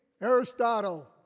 Aristotle